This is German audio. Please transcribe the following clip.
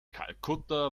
kalkutta